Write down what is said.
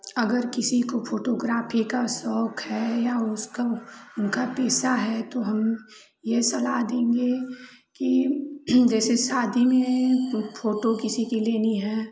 अगर किसी को फोटोग्राफी का शौक है या उसको अगर पैसा है तो हम यह सलाह देंगे की जैसे शादी में सौ फोटो किसी की लेनी है